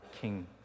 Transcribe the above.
King